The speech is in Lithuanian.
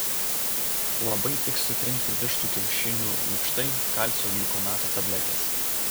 labai tiks sutrinti vištų kiaušinių lukštai kalcio gliukonato tabletės